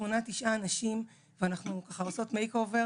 שמונה או תשעה אנשים ואנחנו ככה עושות מייק-אובר